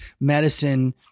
medicine